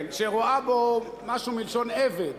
שרואה בו משהו מלשון עבד.